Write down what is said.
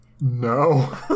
no